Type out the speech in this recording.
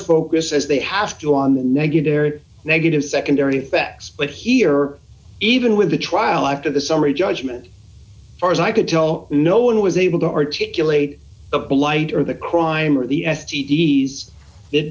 focus as they have to on the negative negative secondary effects but here even with the trial after the summary judgment far as i could tell no one was able to articulate a blighter the crime or the s d s